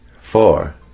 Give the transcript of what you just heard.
four